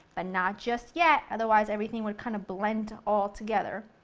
ah not just yet, otherwise everything would kind of blend all together.